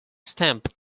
stamp